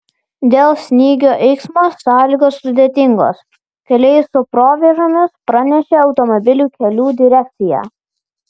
dėl snygio eismo sąlygos sudėtingos keliai su provėžomis pranešė automobilių kelių direkcija